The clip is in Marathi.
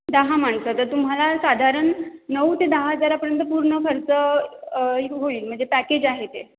दहा माणसं तर तुम्हाला साधारण नऊ ते दहा हजारापर्यंत पूर्ण खर्च होईल म्हणजे पॅकेज आहे ते